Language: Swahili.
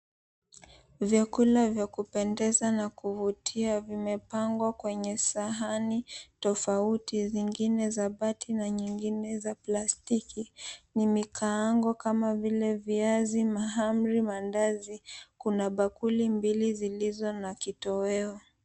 Vyakula vya kupendeza na kuvutia vimepangwa kwenye sahani tofauti, zingine za bati na nyingine za plastiki. Ni mikaango kama vile viazi, mahamri, mandazi. Kuna bakuli mbili zilizo na kitoweo.